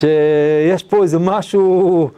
יש פה איזה משהו